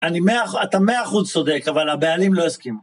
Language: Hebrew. אני מאה, אתה מאה אחוז צודק, אבל הבעלים לא הסכימו.